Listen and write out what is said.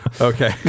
Okay